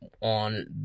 on